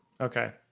Okay